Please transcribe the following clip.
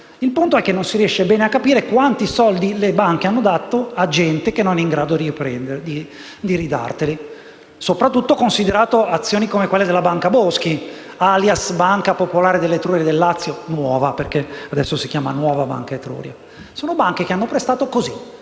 Il punto è che non si riesce bene a capire quanti soldi le banche hanno dato a gente che non è in grado di restituirli, soprattutto considerando azioni come quelle della Banca Boschi, alias Banca popolare dell'Etruria e del Lazio «nuova» (perché adesso si chiama Nuova Banca Etruria). Sono banche che hanno dato prestiti così